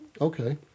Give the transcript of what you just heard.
Okay